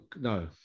no